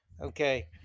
okay